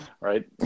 Right